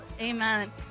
Amen